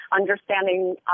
understanding